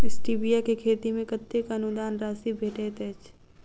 Stevia केँ खेती मे कतेक अनुदान राशि भेटैत अछि?